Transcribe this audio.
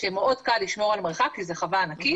שמאוד קל לשמור על מרחק כי זו חווה ענקית